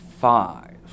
five